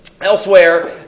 elsewhere